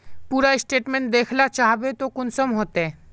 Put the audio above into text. पूरा स्टेटमेंट देखला चाहबे तो कुंसम होते?